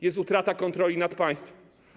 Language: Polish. Jest utrata kontroli nad państwem.